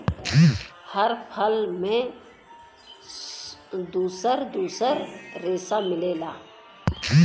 हर फल में दुसर दुसर रेसा मिलेला